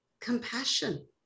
compassion